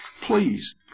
please